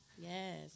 Yes